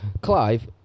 Clive